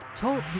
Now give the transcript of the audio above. Talk